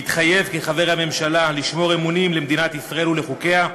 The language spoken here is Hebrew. מתחייב כחבר הממשלה לשמור אמונים למדינת ישראל ולחוקיה,